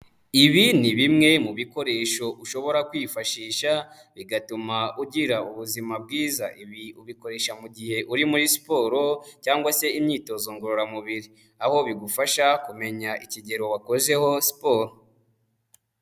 Ibi ni bimwe mu bikoresho ushobora kwifashisha bigatuma ugira ubuzima bwiza. Ibi ubikoresha mu gihe uri muri siporo cyangwa se imyitozo ngororamubiri, aho bigufasha kumenya ikigero wakozeho siporo.